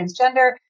transgender